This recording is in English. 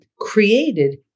created